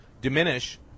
diminish